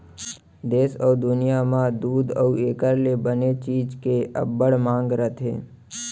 देस अउ दुनियॉं म दूद अउ एकर ले बने चीज के अब्बड़ मांग रथे